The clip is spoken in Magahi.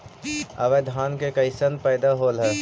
अबर धान के कैसन पैदा होल हा?